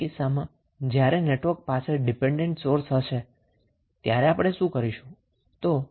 બીજા કિસ્સામાં જ્યારે નેટવર્ક પાસે ડિપેન્ડન્ટ સોર્સ હશે ત્યારે આપણે શું કરી શકીએ છીએ